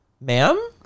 Ma'am